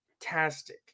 fantastic